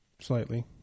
Slightly